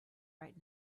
right